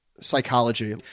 psychology